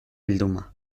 bilduma